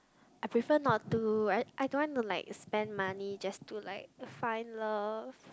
I prefer not to I I don't want to like spend money just to like find love